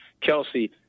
Kelsey